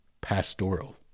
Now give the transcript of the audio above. pastoral